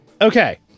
Okay